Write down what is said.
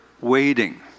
waiting